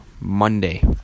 Monday